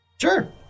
Sure